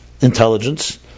intelligence